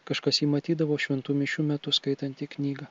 kažkas jį matydavo šventų mišių metu skaitantį knygą